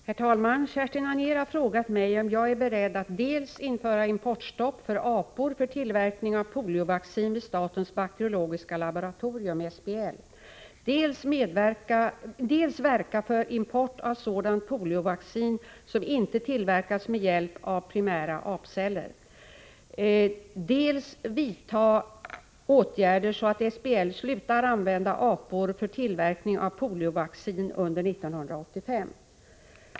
Herr talman! Kerstin Anér har frågat mig om jag är beredd att dels införa importstopp på apor för tillverkning av poliovaccin vid statens bakteriologiska laboratorium, SBL, dels verka för import av sådant poliovaccin som inte tillverkats med hjälp av primära apceller, dels vidta åtgärder så att SBL slutar använda apor för tillverkning av poliovaccin under 1985.